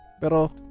pero